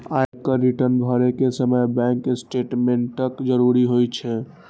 आयकर रिटर्न भरै के समय बैंक स्टेटमेंटक जरूरत होइ छै